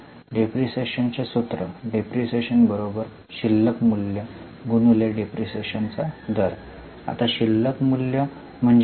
depreciation चे सूत्र depreciation शिल्लक मूल्य डिप्रीशीएशन दर आता शिल्लक मूल्य म्हणजे काय